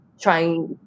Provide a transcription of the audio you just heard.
trying